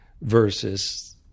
versus